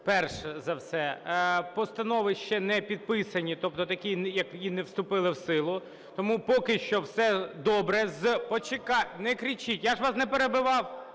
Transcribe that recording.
Перш за все, постанови ще не підписані, тобто такі, які не вступили в силу. Тому поки що все добре... Почекайте, не кричіть! Я ж вас не перебивав,